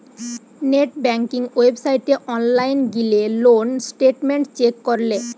net banking ওয়েবসাইটে online গিলে loan statement check করলে